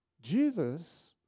Jesus